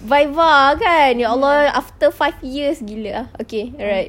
viva kan ya allah after five years ah gila ah okay alright